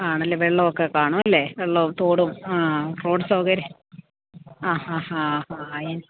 ആണല്ലേ വെള്ളം ഒക്കെ കാണും അല്ലേ വെള്ളവും തോടും ആ റോഡ് സൗകര്യം ആ ഹാ ഹാ ഹാ എനിക്ക്